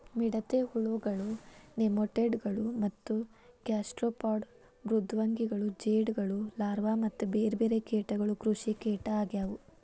ಮಿಡತೆ ಹುಳಗಳು, ನೆಮಟೋಡ್ ಗಳು ಮತ್ತ ಗ್ಯಾಸ್ಟ್ರೋಪಾಡ್ ಮೃದ್ವಂಗಿಗಳು ಜೇಡಗಳು ಲಾರ್ವಾ ಮತ್ತ ಬೇರ್ಬೇರೆ ಕೇಟಗಳು ಕೃಷಿಕೇಟ ಆಗ್ಯವು